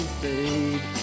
fade